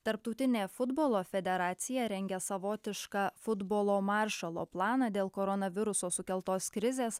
tarptautinė futbolo federacija rengia savotišką futbolo maršalo planą dėl koronaviruso sukeltos krizės